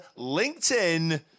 LinkedIn